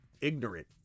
ignorant